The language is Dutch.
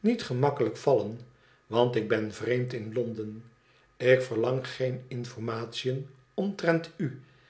niet gemakkelijk vallen want ik ben vreemd in londen ik verlang geen informatiën omtrent u